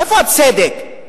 איפה הצדק?